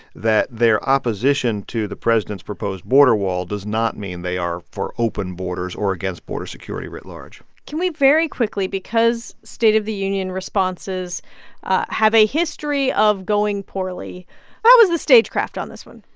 that their opposition to the president's proposed border wall does not mean they are for open borders or against border security writ large can we very quickly, because state of the union responses have a history of going poorly how was the stagecraft on this one?